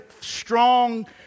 strong